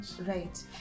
Right